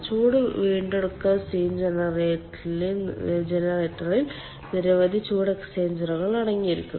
ചൂട് വീണ്ടെടുക്കൽ സ്റ്റീം ജനറേറ്ററിൽ നിരവധി ചൂട് എക്സ്ചേഞ്ചറുകൾ അടങ്ങിയിരിക്കുന്നു